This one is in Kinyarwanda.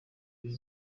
biri